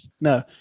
No